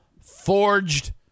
forged